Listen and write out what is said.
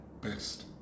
best